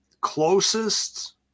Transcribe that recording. closest